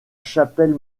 chapelle